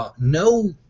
No